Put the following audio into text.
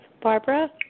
Barbara